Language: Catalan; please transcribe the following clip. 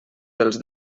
dels